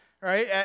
right